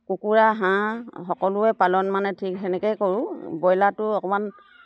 কুকুৰা হাঁহ সকলোৱে পালন মানে ঠিক সেনেকৈয়ে কৰোঁ ব্ৰইলাৰটো অকণমান